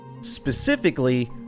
specifically